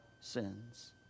sins